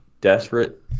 Desperate